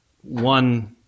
one